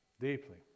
deeply